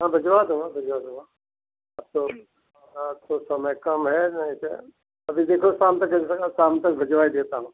हाँ भिजवा दूँगा भिजवा दूँगा अब तो अब तो समय कम है नहीं तो अभी देखो शाम तक भिजवा शाम तक भिजवा ही देता हूँ